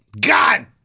God